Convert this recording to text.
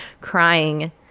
crying